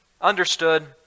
understood